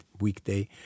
weekday